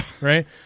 right